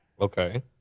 Okay